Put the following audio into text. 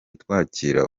twakira